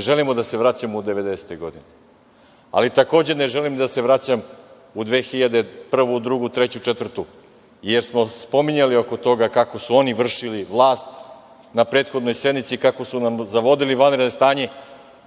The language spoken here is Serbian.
želimo da se vraćamo u 90-te godine, ali takođe ne želim ni da se vraćam 2001, 2002, 2003, 2004. godinu jer smo spominjali oko toga kako su oni vršili vlast na prethodnoj sednici, kako su nam zavodili vanredno stanje